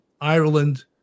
Ireland